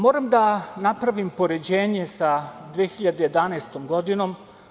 Moram da napravim poređenje sa 2011. godinom.